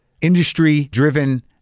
industry-driven